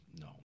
no